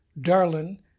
Darlin